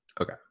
Okay